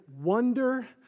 wonder